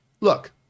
look